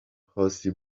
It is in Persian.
خاصی